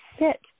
sit